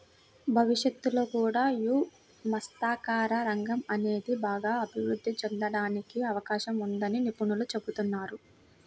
భవిష్యత్తులో కూడా యీ మత్స్యకార రంగం అనేది బాగా అభిరుద్ధి చెందడానికి అవకాశం ఉందని నిపుణులు చెబుతున్నారు